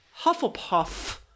hufflepuff